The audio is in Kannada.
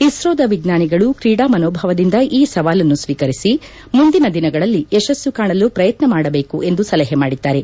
ಇಸ್ತೋದ ವಿಜ್ವಾನಿಗಳು ತ್ರೀಡಾ ಮನೋಭಾವದಿಂದ ಈ ಸವಾಲನ್ನು ಸ್ವೀಕರಿಸಿ ಮುಂದಿನ ದಿನಗಳಲ್ಲಿ ಯಶಸ್ಸು ಕಾಣಲು ಪ್ರಯತ್ನ ಮಾಡಬೇಕು ಎಂದು ಸಲಹೆ ಮಾಡಿದ್ದಾರೆ